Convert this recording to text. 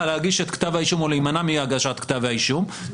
להגיש את כתב האישום או להימנע מהגשת כתב האישום,